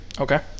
Okay